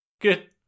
Good